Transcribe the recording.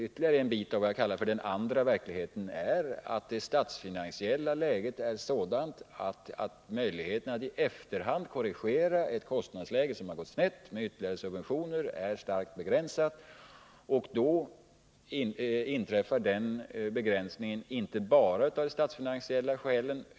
Ytterligare en bit av vad jag kallar för den andra verkligheten är att det statsfinansiella läget är sådant att möjligheterna är starkt begränsade att i efterhand med ytterligare subventioner korrigera ett kostnadsläge som har gått snett. Den begränsningen har inte bara statsfinansiella skäl.